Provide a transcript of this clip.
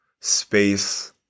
space